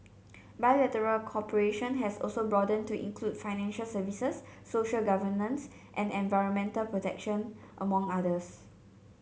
bilateral cooperation has also broadened to include financial services social governance and environmental protection among others